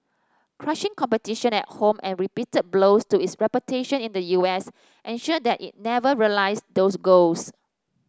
crushing competition at home and repeated blows to its reputation in the U S ensured that it never realised those goals